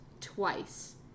twice